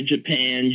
Japan